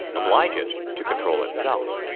oblige it to control itself.